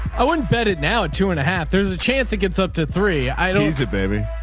i wouldn't bet it now at two and a half, there's a chance it gets up to three. i use a baby.